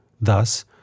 thus